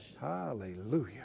hallelujah